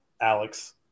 Alex